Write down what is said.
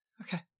Okay